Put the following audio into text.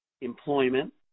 employment